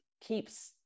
keeps